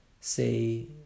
say